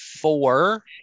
four